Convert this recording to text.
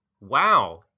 wow